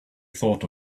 thought